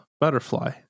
butterfly